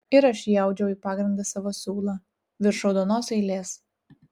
ir aš įaudžiau į pagrindą savo siūlą virš raudonos eilės